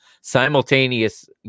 simultaneous